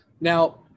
Now